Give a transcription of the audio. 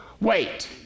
wait